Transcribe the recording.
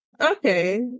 okay